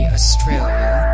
Australia